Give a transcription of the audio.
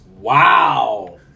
Wow